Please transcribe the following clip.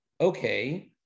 okay